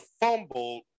fumble